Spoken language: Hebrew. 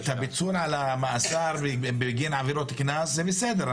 את הפיצול על המאסר בגין עבירות קנס זה בסדר,